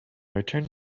returned